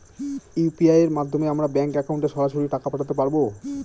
UPI এর মাধ্যমে আমরা ব্যাঙ্ক একাউন্টে সরাসরি টাকা পাঠাতে পারবো?